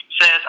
says